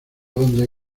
donde